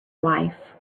wife